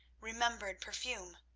remembered perfume.